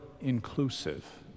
inclusive